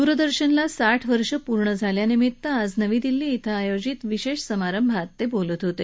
दूरदर्शनला साठ वर्ष पूर्ण झाल्या निमित्त आज नवी दिल्ली इथं आयोजित विशेष समारंभात ते बोलत होते